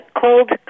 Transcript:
cold